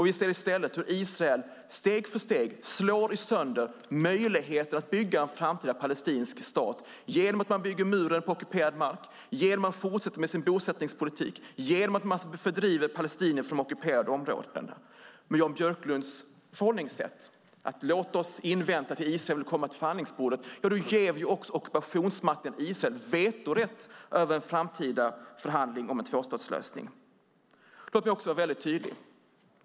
Vi ser i stället hur Israel steg för steg slår sönder möjligheten att bygga en framtida palestinsk stat genom att man bygger muren på ockuperad mark, genom att fortsätta med sin bosättningspolitik, genom att fördriva palestinier från ockuperade områden. Med Jan Björklunds förhållningssätt att invänta att Israel vill komma till förhandlingsbordet ger vi ockupationsmakten Israel vetorätt över en framtida förhandling om en tvåstatslösning. Låt mig vara tydlig.